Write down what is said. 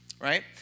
right